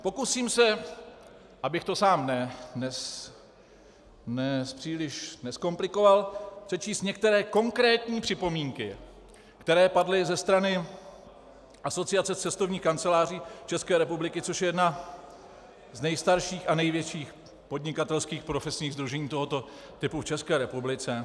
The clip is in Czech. Pokusím se, abych to sám příliš nezkomplikoval, přečíst některé konkrétní připomínky, které padly ze strany Asociace cestovních kanceláří České republiky, což je jedno z nejstarších a největších podnikatelských profesních sdružení tohoto typu v České republice.